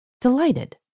delighted